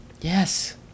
Yes